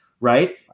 right